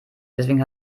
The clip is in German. deswegen